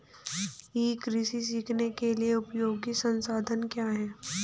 ई कृषि सीखने के लिए उपयोगी संसाधन क्या हैं?